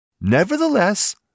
Nevertheless